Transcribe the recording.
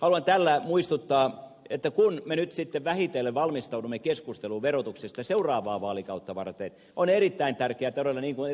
haluan tällä muistuttaa että kun me nyt sitten vähitellen valmistaudumme keskusteluun verotuksesta seuraavaa vaalikautta varten on erittäin tärkeää todella niin kuin ed